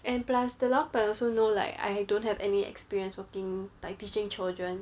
and plus the 老板 also know like I don't have any experience working like teaching children